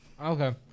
Okay